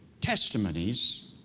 testimonies